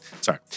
Sorry